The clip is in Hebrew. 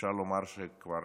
אפשר לומר שכבר